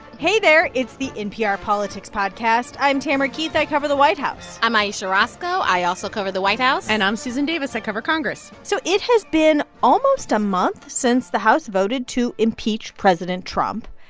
hey there. it's the npr politics podcast. i'm tamara keith. i cover the white house i'm ayesha rascoe. i also cover the white house and i'm susan davis. i cover congress so it has been almost a month since the house voted to impeach president trump.